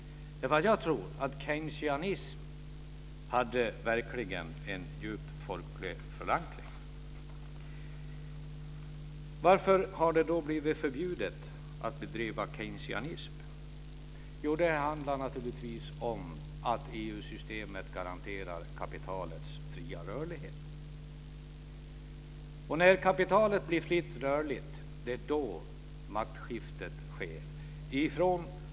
Jag tror keynesianismen verkligen hade en djup folklig förankring. Varför har det då blivit förbjudet att bedriva keynesianism? Jo, det handlar naturligtvis om att EU systemet garanterar kapitalets fria rörlighet. Det är när kapitalet blir fritt rörligt som maktskiftet sker.